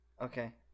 Okay